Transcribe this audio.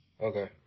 Okay